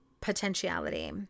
potentiality